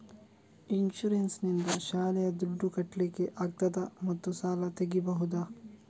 Insurance ನಿಂದ ಶಾಲೆಯ ದುಡ್ದು ಕಟ್ಲಿಕ್ಕೆ ಆಗ್ತದಾ ಮತ್ತು ಸಾಲ ತೆಗಿಬಹುದಾ?